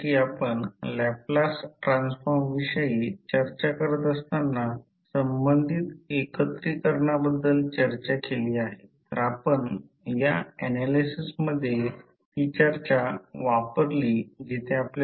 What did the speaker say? कारण हा uniform cross section आहे असे गृहीत धरले जाईल म्हणजे मीन हा मीन फ्लक्स पाथचे अनुसरण करेल